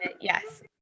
yes